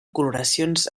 coloracions